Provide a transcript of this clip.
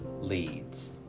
leads